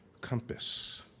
compass